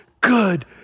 good